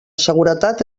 seguretat